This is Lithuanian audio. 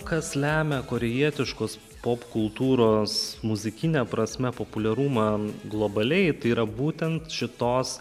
kas lemia korėjietiškos popkultūros muzikine prasme populiarumą globaliai tai yra būtent šitos